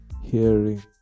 hearing